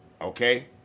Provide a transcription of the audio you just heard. okay